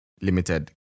limited